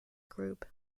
group